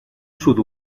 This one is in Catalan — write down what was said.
sud